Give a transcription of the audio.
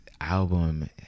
album